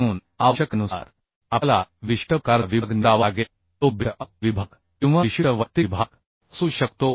म्हणून आवश्यकतेनुसार आपल्याला विशिष्ट प्रकारचा विभाग निवडावा लागेल तो बिल्ट अप विभाग किंवा विशिष्ट वैयक्तिक विभाग असू शकतो